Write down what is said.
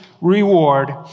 reward